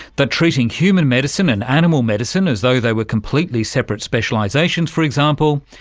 that treating human medicine and animal medicine as though they were completely separate specialisations, for example,